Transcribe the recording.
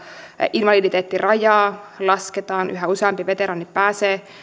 invaliditeettirajaa lasketaan yhä useampi veteraani pääsee